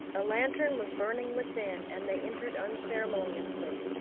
a lantern was burning within, and they entered unceremoniously.